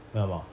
为什么